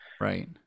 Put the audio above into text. Right